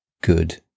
good